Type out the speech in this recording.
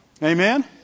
Amen